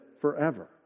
forever